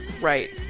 right